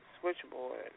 switchboard